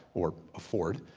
or afford.